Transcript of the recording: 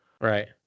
Right